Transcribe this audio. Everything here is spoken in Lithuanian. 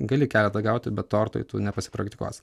gali keletą gauti bet tortui tu nepasipraktikuosi